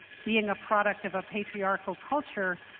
being a product of a patriarchal culture